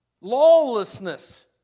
Lawlessness